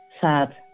sad